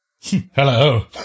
Hello